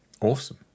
awesome